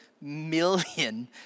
million